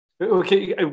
Okay